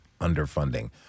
underfunding